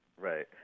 Right